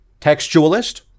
Textualist